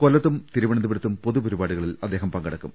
കൊല്ലത്തും തിരുവനന്തപുരത്തും പൊതു പരി പാടികളിൽ അദ്ദേഹം പങ്കെടുക്കും